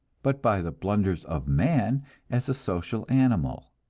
but by the blunders of man as a social animal.